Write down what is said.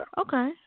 Okay